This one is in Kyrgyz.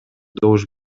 добуш